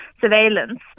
surveillance